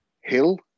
Hill